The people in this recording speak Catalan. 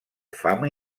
fama